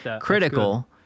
critical